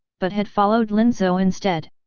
but had followed linzhou instead.